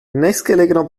nächstgelegener